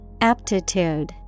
Aptitude